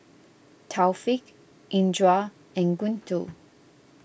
Taufik Indra and Guntur